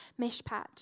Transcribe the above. mishpat